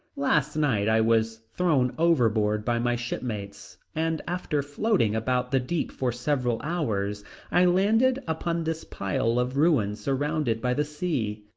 last night i was thrown overboard by my shipmates and after floating about the deep for several hours i landed upon this pile of ruins surrounded by the sea.